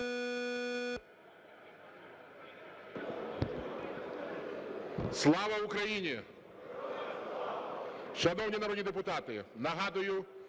Слава Україні! Шановні народні депутати,